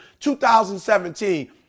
2017